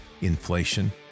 Inflation